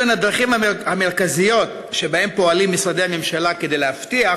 אלו הן הדרכים המרכזיות שבהן פועלים משרדי הממשלה כדי להבטיח